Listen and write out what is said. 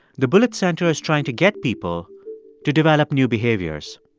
the bullitt center is trying to get people to develop new behaviors.